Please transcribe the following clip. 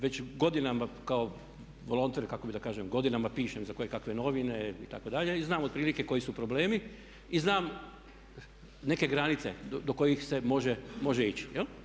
Već godinama kao volonter kako da kažem godinama pišem za kojekakve novine itd. i znam otprilike koji su problemi i znam neke granice do kojih se može ići.